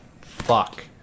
fuck